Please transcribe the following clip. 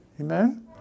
Amen